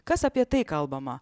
kas apie tai kalbama